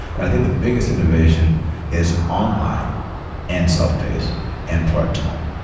but i think the biggest innovation is online and self-pace and part-time.